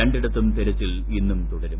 രണ്ടിടത്തും തെരുച്ചിൽ ഇന്നും തുടരും